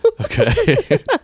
okay